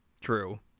True